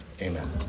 Amen